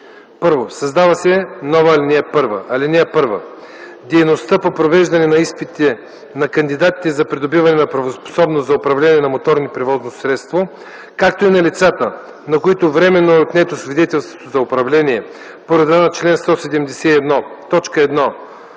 „1. Създава се нова ал. 1: „(1) Дейността по провеждане на изпити на кандидатите за придобиване на правоспособност за управление на моторно превозно средство, както и на лицата, на които временно е отнето свидетелството за управление по реда на чл. 171,